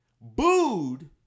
Booed